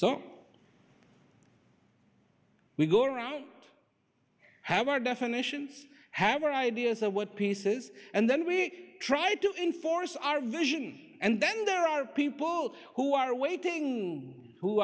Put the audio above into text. so we go around have our definitions have our ideas of what pieces and then we try to enforce our vision and then there are people who are waiting